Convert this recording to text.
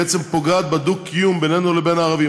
היא בעצם פוגעת בדו-קיום בינינו לבין הערבים.